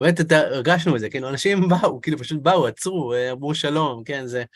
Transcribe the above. הרגשנו את זה, כאילו, אנשים באו, כאילו, פשוט באו, עצרו, אמרו שלום, כן, זה...